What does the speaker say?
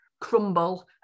crumble